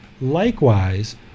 likewise